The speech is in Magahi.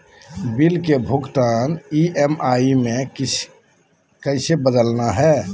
बिल के भुगतान ई.एम.आई में किसी बदलना है?